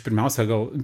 pirmiausia gal